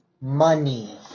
Money